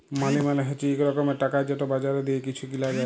মালি মালে হছে ইক রকমের টাকা যেট বাজারে দিঁয়ে কিছু কিলা যায়